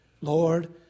Lord